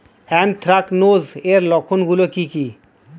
Anthracnose এর লক্ষণ গুলো কি কি?